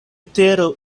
tero